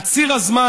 על ציר הזמן,